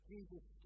Jesus